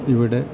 ഇവിടെ